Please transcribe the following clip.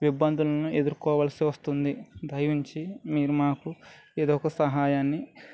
ఇబ్బందులను ఎదుర్కోవాల్సి వస్తుంది దయ ఉంచి మీరు మాకు ఏదో ఒక సహాయాన్ని